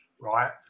right